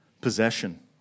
possession